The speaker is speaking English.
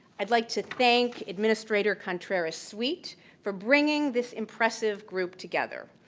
i'd like to thank administrator contreras-sweet for bringing this impressive group together.